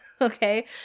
okay